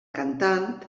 cantant